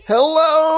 Hello